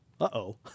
Uh-oh